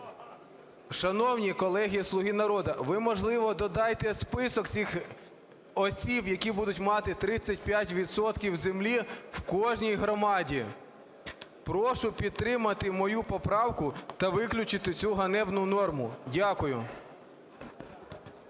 Шановні колеги "Слуги народу", ви, можливо, додайте список цих осіб, які будуть мати 35 відсотків землі в кожній громаді. Прошу підтримати мою поправку та виключити цю ганебну норму. Дякую.